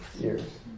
years